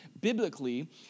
biblically